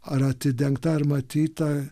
ar atidengta ar matyta